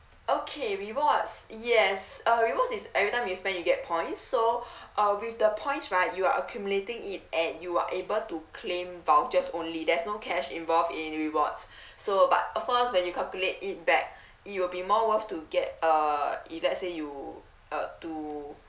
okay rewards yes uh rewards is every time you spend you get points so uh with the points right you are accumulating it and you are able to claim vouchers only there's no cash involve in rewards so but of course when you calculate it back it will be more worth to get uh if let's say you uh to